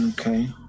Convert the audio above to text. okay